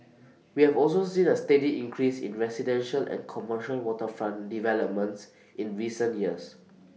we have also see the steady increase in residential and commercial waterfront developments in recent years